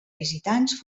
visitants